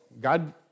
God